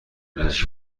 پزشکی